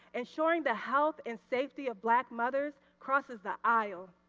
ensuring the health and safety of black mothers crosses the aisle.